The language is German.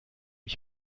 ich